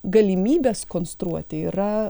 galimybės konstruoti yra